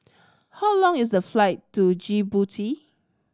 how long is the flight to Djibouti